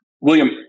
William